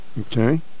Okay